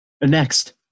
next